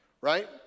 right